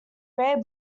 rare